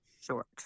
Short